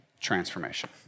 transformation